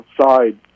outside